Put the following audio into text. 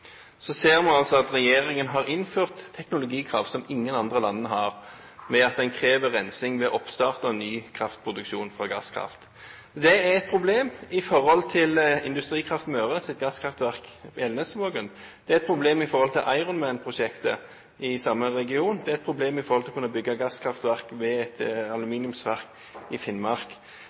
ser vi altså at regjeringen har innført teknologikrav som ingen andre land har, ved at en krever rensing ved oppstart av ny kraftproduksjon fra gasskraft. Det er et problem i forbindelse med Industrikraft Møres gasskraftverk i Elnesvågen. Det er et problem i forbindelse med Ironman-prosjektet i samme region. Det er et problem i forbindelse med bygging av gasskraftverk ved et aluminiumsverk i Finnmark.